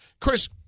Chris